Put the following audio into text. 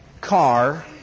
car